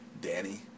Danny